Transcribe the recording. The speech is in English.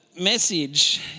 message